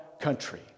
country